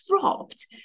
dropped